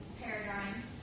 paradigm